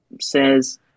says